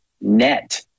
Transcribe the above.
net